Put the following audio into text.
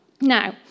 Now